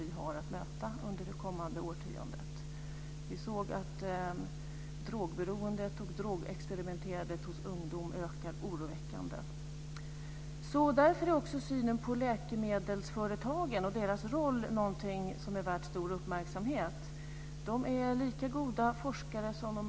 Vi anser fortfarande att lagen ska ändras så att det är riksdagen och inte regeringen som ska fatta beslut om de enskilda hälsoregistren.